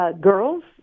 girls